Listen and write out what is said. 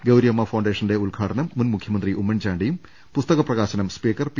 ഗൌരിയമ്മ ഫൌണ്ടേഷന്റെ ഉദ്ഘാടനം മുൻ മുഖ്യമന്ത്രി ഉമ്മൻചാണ്ടിയും പുസ്തക പ്രകാശനം സ്പീക്കർ പി